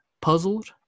Puzzled